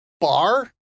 bar